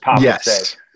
Yes